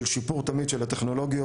של שיפור תמיד של הטכנולוגיות,